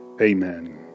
Amen